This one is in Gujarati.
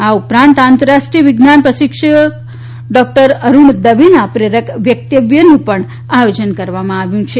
આ ઉપરાંત આંતરરાષ્ટ્રીય વિજ્ઞાન પ્રશિક્ષક પ્રોકેસર અરુણ દવેના પ્રેરક વ્યકતવ્યનું આયોજન પણ કરવામાં આવ્યું છે